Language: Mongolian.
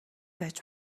байж